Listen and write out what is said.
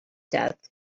death